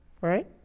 right